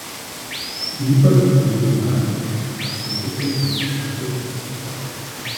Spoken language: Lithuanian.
ypač būtų galima atskirai kalbėti apie stt